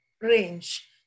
range